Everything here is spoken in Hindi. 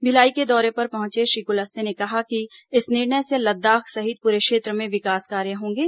भिलाई के दौरे पर पहुंचे श्री कुलस्ते ने कहा कि इस निर्णय से लद्दाख सहित पूरे क्षेत्र में विकास कार्य होंगे